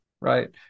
Right